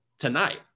tonight